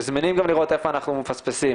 וזמינים גם לראות איפה אנחנו מפספסים.